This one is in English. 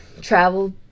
travel